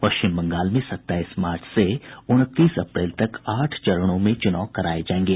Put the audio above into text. पश्चिम बंगाल में सताईस मार्च से उनतीस अप्रैल तक आठ चरणों में चुनाव कराए जाएंगे